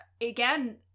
again